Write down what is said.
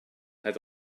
had